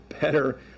better